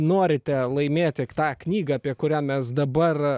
norite laimėti tą knygą apie kurią mes dabar